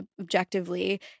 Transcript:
objectively